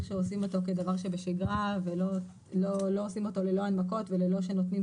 שעושים אותו כדבר שבשגרה ולא עושים אותו ללא הנמקות ומבלי שתינתן